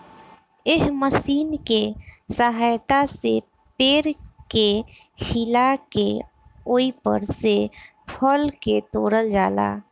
एह मशीन के सहायता से पेड़ के हिला के ओइपर से फल के तोड़ल जाला